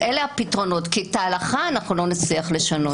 אלה הפתרונות, כי את ההלכה אנחנו לא נצליח לשנות.